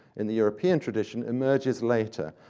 in the european tradition, emerges later.